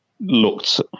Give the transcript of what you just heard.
looked